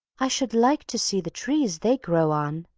i should like to see the trees they grow on.